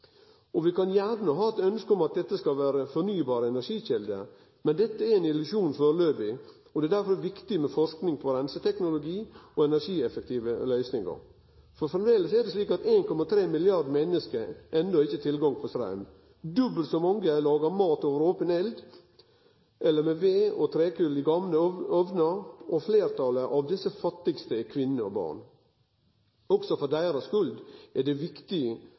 Vi kan gjerne ha eit ønske om at dette skal vere fornybare energikjelder, men dette er ein illusjon førebels, og det er derfor viktig med forsking på reinseteknologi og energieffektive løysingar. Framleis er det slik at 1,3 milliardar menneske ikkje har tilgang på straum. Dobbelt så mange lagar mat over open eld eller med ved og trekol i gamle omnar, og fleirtalet av desse fattigaste er kvinner og barn. Også for deira skuld er det viktig